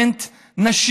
יש גם אלמנט נשי,